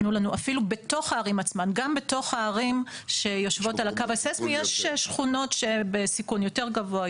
גם בתוך הערים שיושבות על הקו הסיסמי יש שכונות שהן בסיכון יותר גבוה,